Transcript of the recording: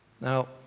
Now